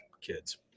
kids